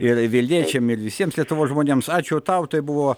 ir vilniečiam ir visiems lietuvos žmonėms ačiū tau tai buvo